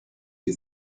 you